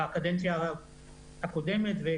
בקדנציה הקודמת של ועדה זו.